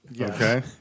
Okay